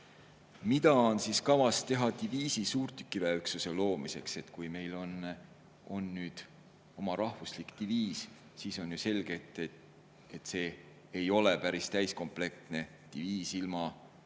Mida on kavas teha diviisi suurtükiväeüksuse loomiseks? Kui meil on nüüd oma rahvuslik diviis, siis on ju selge, et see ei ole päris täiskomplektne diviis ilma oma